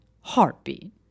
heartbeat